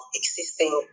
existing